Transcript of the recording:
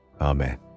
Amen